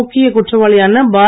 முக்கியக் குற்றவாளியான பார்